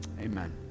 Amen